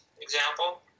example